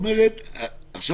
עכשיו